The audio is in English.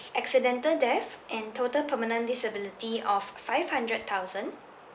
accidental death and total permanent disability of five hundred thousand